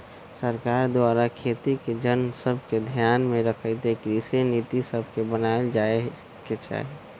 सरकार द्वारा खेती के जन सभके ध्यान में रखइते कृषि नीति सभके बनाएल जाय के चाही